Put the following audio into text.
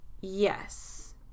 Yes